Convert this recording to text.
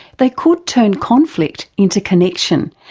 they could turn conflict into connection,